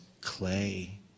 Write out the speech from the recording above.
clay